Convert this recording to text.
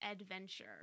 adventure